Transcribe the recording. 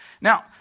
Now